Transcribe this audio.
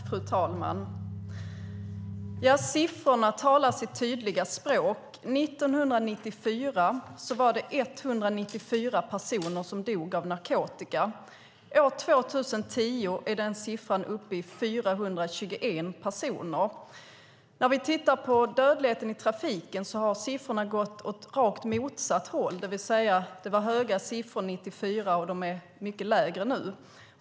Fru talman! Siffrorna talar sitt tydliga språk: 1994 var det 194 personer som dog av narkotika. År 2010 var den siffran uppe i 421 personer. När vi tittar på dödligheten i trafiken har siffrorna gått åt rakt motsatt håll, det vill säga, det var höga siffror 1994, och de är mycket lägre nu.